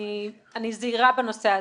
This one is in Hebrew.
אני זהירה בנושא הזה.